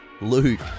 Luke